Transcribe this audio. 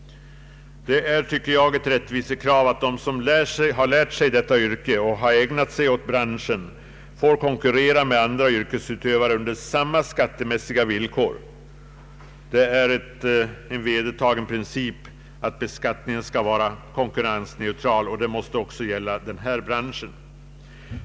Jag anser att det är ett rättvisekrav att de som lärt sig detta yrke och har ägnat sig åt branschen får konkurrera med andra yrkesutövare under samma skattemässiga villkor. Det är en vedertagen princip att beskattningen skall vara konkurrensneutral och det måste också gälla denna bransch.